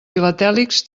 filatèlics